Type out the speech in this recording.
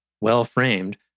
well-framed